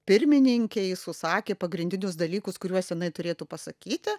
pirmininkei susakė pagrindinius dalykus kuriuos jinai turėtų pasakyti